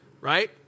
right